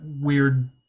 weird